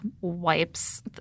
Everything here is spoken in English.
wipes